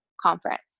conference